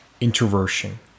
introversion